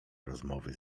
rozmowy